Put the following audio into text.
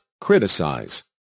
criticize